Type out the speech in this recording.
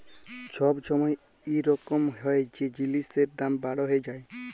ছব ছময় ইরকম হ্যয় যে জিলিসের দাম বাড়্হে যায়